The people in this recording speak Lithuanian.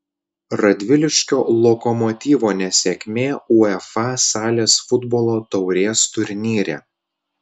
radviliškio lokomotyvo nesėkmė uefa salės futbolo taurės turnyre